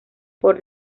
por